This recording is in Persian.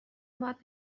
باید